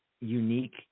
unique